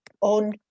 on